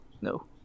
no